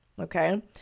okay